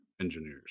engineers